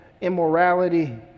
immorality